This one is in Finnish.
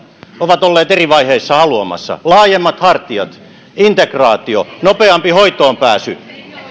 ovat olleet eri vaiheissa haluamassa laajemmat hartiat integ raatio nopeampi hoitoonpääsy